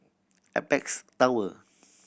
Apex Tower